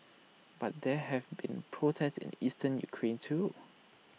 but there have been protests in eastern Ukraine too